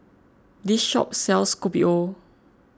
this shop sells Kopi O